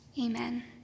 amen